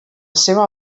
seva